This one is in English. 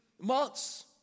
months